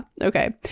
Okay